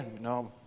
No